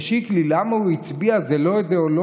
לשיקלי, למה הוא הצביע, זה לא אידיאולוגי.